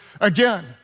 again